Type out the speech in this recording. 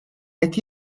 qed